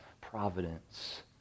providence